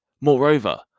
Moreover